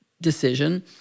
decision